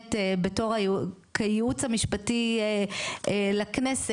שבאמת בתור הייעוץ המשפטי לכנסת,